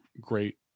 great